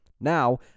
Now